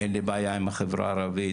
אין לי בעיה עם החברה הערבית,